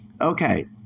Okay